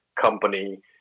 company